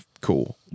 cool